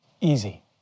Easy